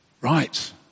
Right